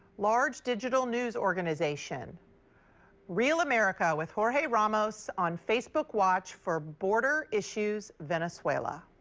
large digital news organization real america with jorge ramos on facebook watch for border issues venezuela.